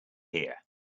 here